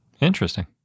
Interesting